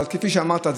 אבל כפי שאמרת,